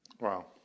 Wow